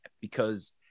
because-